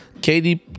KD